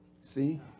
see